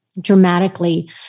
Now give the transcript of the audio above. dramatically